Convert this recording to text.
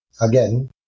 again